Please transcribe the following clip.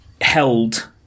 held